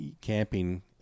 camping